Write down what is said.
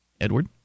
Edward